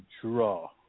draw